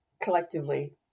collectively